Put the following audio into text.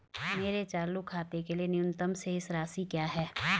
मेरे चालू खाते के लिए न्यूनतम शेष राशि क्या है?